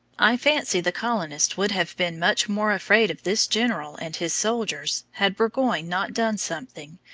i fancy the colonists would have been much more afraid of this general and his soldiers, had burgoyne not done something,